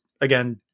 again